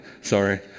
sorry